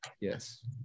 Yes